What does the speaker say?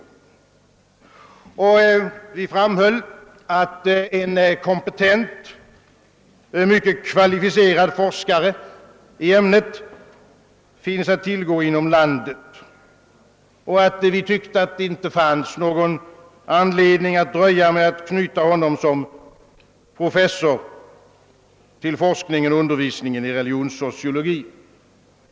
Vi framhöll att en kompetent, mycket kvalificerad forskare i ämnet finns att tillgå inom landet och att det enligt vår mening inte fanns någon anledning att dröja med att knyta honom som professor till forskning och undervisning i religionssociologi.